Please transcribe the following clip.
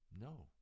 No